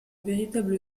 véritable